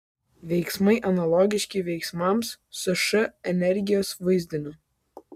veiksmai analogiški veiksmams su š energijos vaizdiniu